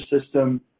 system